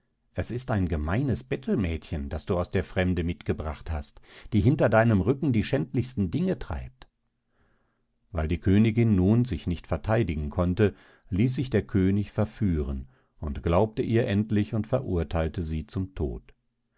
es ist ein gemeines bettelmädchen das du aus der fremde mitgebracht hast die hinter deinem rücken die schändlichsten dinge treibt weil die königin nun sich nicht vertheidigen konnte ließ sich der könig verführen und glaubte ihr endlich und verurtheilte sie zum tod